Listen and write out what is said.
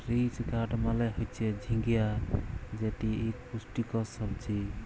ridge gourd মালে হচ্যে ঝিঙ্গা যেটি ইক পুষ্টিকর সবজি